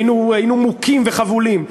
היינו מוכים וחבולים,